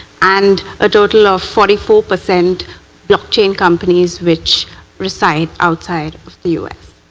and a total of forty four percent blockchain companies which reside outside of the u s.